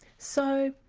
so